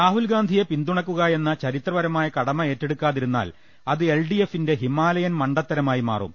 രാഹുൽഗാന്ധിയെ പിന്തുണക്കുകയെന്ന ച്ചരിത്രപരമായ കടമ ഏറ്റെടുക്കാതിരുന്നാൽ അത് എൽഡിഎഫ്പിന്റെ ഹിമാലയൻ മണ്ട ത്തരമായി മാറും